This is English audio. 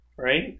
Right